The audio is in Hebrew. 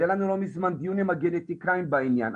היה לנו לא מזמן דיון עם הגנטיקאים בעניין.